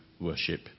worship